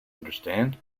understand